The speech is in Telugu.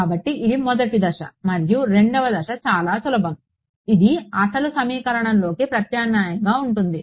కాబట్టి ఇది 1 దశ మరియు 2 దశ చాలా సులభం ఇది అసలు సమీకరణంలోకి ప్రత్యామ్నాయంగా ఉంటుంది